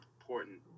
important